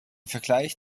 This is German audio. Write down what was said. vergleich